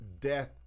death